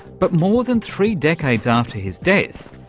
but more than three decades after his death,